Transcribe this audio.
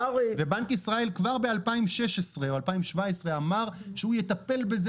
בנק ישראל כבר ב-2016 או 2017 אמר שהוא יטפל בזה